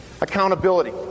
Accountability